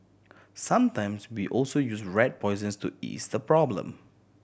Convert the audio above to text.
sometimes we also use rat poisons to ease the problem